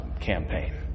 campaign